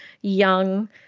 young